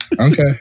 Okay